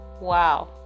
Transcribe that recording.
Wow